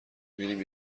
میریم